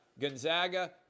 Gonzaga